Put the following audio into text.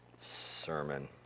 Sermon